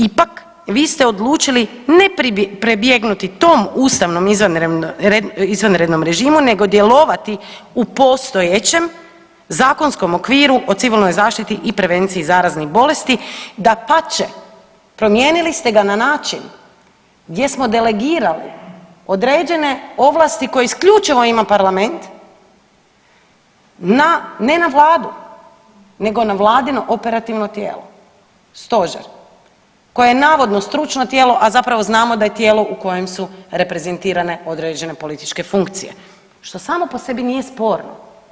Ipak vi ste odlučili ne pribjegnuti tom ustavnom izvanrednom režimu nego djelovati u postojećem zakonskom okviru o civilnoj zaštiti i prevenciji zaraznih bolesti, dapače, promijenili ste ga na način gdje smo delegirali određene ovlasti koje isključivo ima parlament ne na Vladu nego na vladino operativno tijelo stožer koje je navodno stručno tijelo, a zapravo znamo da je tijelo u kojem su reprezentirane određene političke funkcije, što samo po sebi nije sporno.